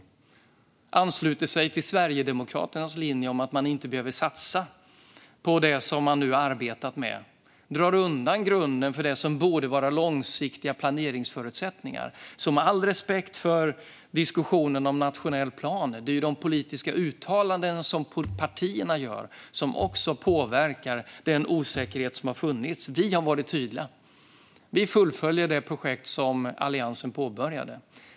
De ansluter sig till Sverigedemokraternas linje att man inte behöver satsa på det som man nu arbetat med och drar undan grunden för det som borde vara långsiktiga planeringsförutsättningar. Så med all respekt för diskussionen om en nationell plan: De politiska uttalanden som partierna gjort har också påverkat den osäkerhet som funnits. Vi har varit tydliga. Vi fullföljer det projekt som Alliansen påbörjade.